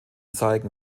zeigen